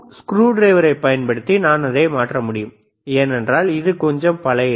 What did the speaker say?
ஸ்க்ரூடிரைவரைப் பயன்படுத்தி நான் அதை மாற்ற முடியும் ஏனென்றால் இது கொஞ்சம் பழையது